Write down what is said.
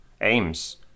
aims